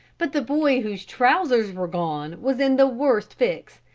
but the boy whose trousers were gone was in the worst fix,